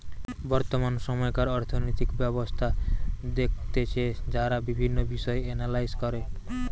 বর্তমান সময়কার অর্থনৈতিক ব্যবস্থা দেখতেছে যারা বিভিন্ন বিষয় এনালাইস করে